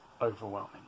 overwhelming